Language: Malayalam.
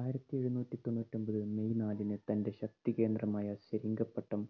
ആയിരത്തിയെഴുന്നൂറ്റി തൊണ്ണൂറ്റൊമ്പത് മെയ് നാലിന് തൻ്റെ ശക്തികേന്ദ്രമായ സെരിംഗപട്ടം